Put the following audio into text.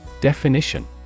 Definition